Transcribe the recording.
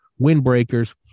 windbreakers